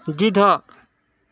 Jeddah